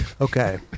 Okay